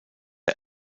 der